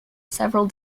several